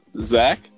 Zach